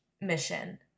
mission